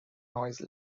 noise